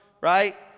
right